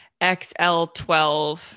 xl12